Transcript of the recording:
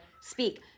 speak